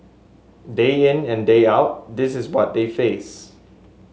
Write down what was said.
day in and day out this is what they face